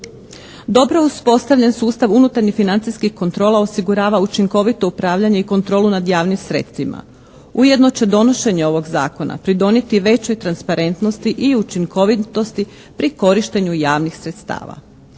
Dobro uspostavljen sustav unutarnjih financijskih kontrola osigurava učinkovito upravljanje i kontrolu nad javnim sredstvima. Ujedno će donošenje ovog zakona pridonijeti većoj transparentnosti i učinkovitosti pri korištenju javnih sredstava.